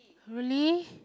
really